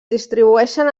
distribueixen